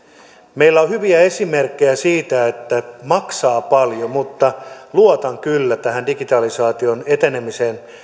meillä on hyviä esimerkkejä siitä että se maksaa paljon mutta luotan kyllä tähän digitalisaation etenemiseen